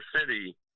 City